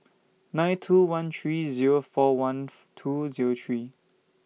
nine two one three Zero four one two Zero three